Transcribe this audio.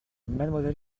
mlle